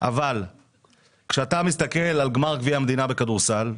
אבל כשאתה מסתכל על גמר גביע המדינה בכדורסל,